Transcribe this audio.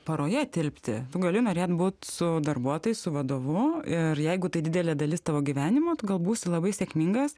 paroje tilpti gali norėt būt su darbuotojais su vadovu ir jeigu tai didelė dalis tavo gyvenimo tu galbūt labai sėkmingas